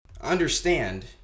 understand